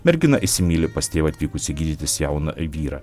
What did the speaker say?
mergina įsimyli pas tėvą atvykusį gydytis jauną vyrą